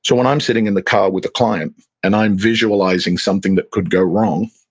so when i'm sitting in the car with a client and i'm visualizing something that could go wrong,